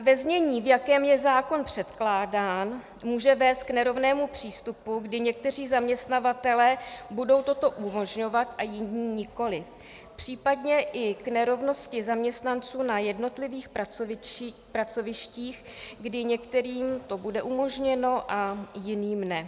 Ve znění, v jakém je zákon předkládán, může vést k nerovnému přístupu, kdy někteří zaměstnavatelé budou toto umožňovat a jiní nikoliv, případně i k nerovnosti zaměstnanců na jednotlivých pracovištích, kdy některým to bude umožněno a jiným ne.